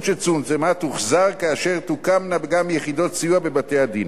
שצומצמה תוחזר כאשר תוקמנה גם יחידות סיוע בבתי-הדין.